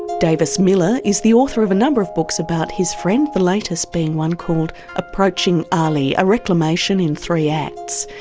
davis miller is the author of a number of books about his friend, the latest being one called approaching ali a reclamation in three acts.